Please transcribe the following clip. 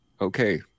okay